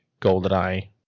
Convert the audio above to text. goldeneye